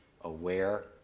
aware